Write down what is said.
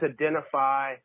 identify